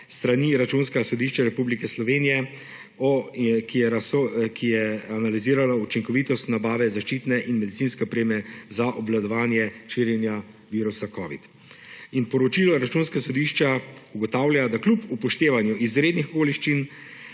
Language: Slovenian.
strani Računskega sodišča Republike Slovenije, ki je analiziralo učinkovitost nabave zaščitne in medicinske opreme za obvladovanje širjenja virusa covida. Poročilo Računskega sodišča ugotavlja, da kljub upoštevanju izrednih okoliščin